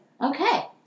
Okay